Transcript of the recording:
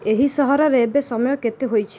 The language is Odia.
ଏହି ସହରରେ ଏବେ ସମୟ କେତେ ହେଇଛି